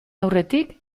aurretik